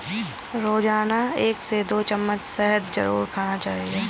रोजाना एक से दो चम्मच शहद जरुर खाना चाहिए